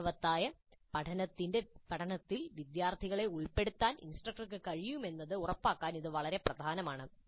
അർത്ഥവത്തായ പഠനത്തിൽ വിദ്യാർത്ഥികളെ ഉൾപ്പെടുത്താൻ ഇൻസ്ട്രക്ടർക്ക് കഴിയുമെന്ന് ഉറപ്പാക്കാൻ ഇത് വളരെ പ്രധാനമാണ്